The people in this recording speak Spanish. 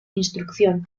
instrucción